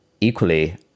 Equally